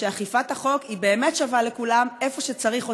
ושאכיפת החוק באמת שווה לכולם איפה שצריך אותה,